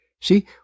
see